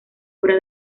obra